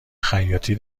خیاطی